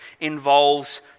involves